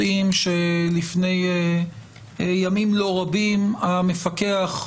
יודעים שלפני ימים לא רבים המפקח,